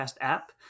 app